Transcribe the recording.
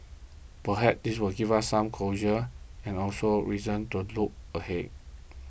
perhaps this will give us some closure and also reason to look ahead